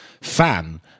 fan